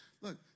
Look